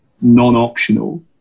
non-optional